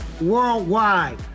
worldwide